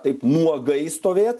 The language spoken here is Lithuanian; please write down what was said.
taip nuogai stovėt